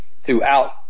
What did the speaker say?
throughout